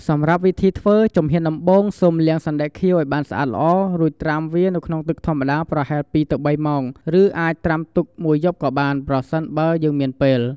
សម្រាប់វិធីធ្វើ ជំហានដំបូងសូមលាង សណ្ដែកខៀវ ឱ្យបានស្អាតល្អ រួចត្រាំវាក្នុងទឹកធម្មតាប្រហែល ២-៣ ម៉ោង ឬអាចត្រាំទុកមួយយប់ក៏បាន ប្រសិនបើមានពេល។